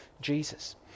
Jesus